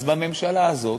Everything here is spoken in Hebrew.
אז בממשלה הזאת,